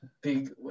big